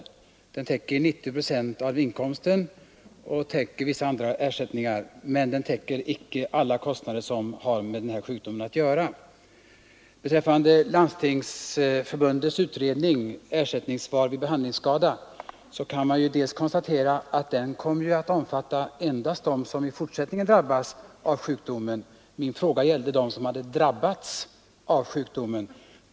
Sjukpenningen ersätter 90 procent av inkomsten och täcker vissa andra kostnader men inte alla kostnader som har med denna sjukdom att göra. Landstingsförbundets utredning om ersättningsansvar vid behandlingsskada kommer att omfatta endast dem som i fortsättningen drabbas av sjukdomen. Min fråga gällde dem som hade drabbats av sjukdomen.